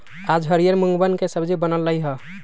आज हरियर मूँगवन के सब्जी बन लय है